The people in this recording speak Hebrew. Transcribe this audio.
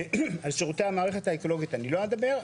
על שירותי המערכת האקולוגית אני לא אדבר,